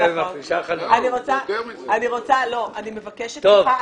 אני מבקשת ממך.